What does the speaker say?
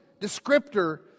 descriptor